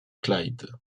clyde